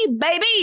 baby